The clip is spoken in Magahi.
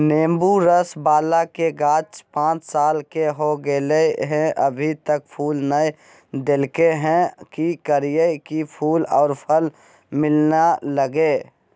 नेंबू रस बाला के गाछ पांच साल के हो गेलै हैं अभी तक फूल नय देलके है, की करियय की फूल और फल मिलना लगे?